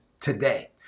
today